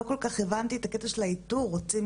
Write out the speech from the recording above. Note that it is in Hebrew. לא כל כך הבנתי את הקטע של האיתור רוצים